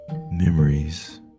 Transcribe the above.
memories